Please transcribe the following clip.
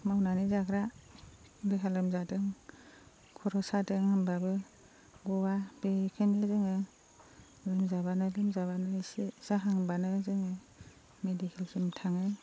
मावनानै जाग्रा देहा लोमजादों खर' सादों होमब्लाबो गवा बेखायनो जोङो लोमजाब्लानो लोमजाब्लानो एसे जाहांब्लानो जोङो मिडिकेलसिम थाङो